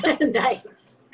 nice